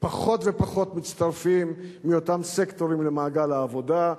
פחות ופחות מצטרפים מאותם סקטורים למעגל העבודה,